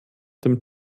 dem